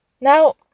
Now